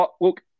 look